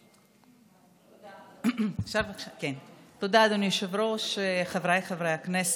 תודה, אדוני היושב-ראש, חבריי חברי הכנסת,